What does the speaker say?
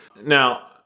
Now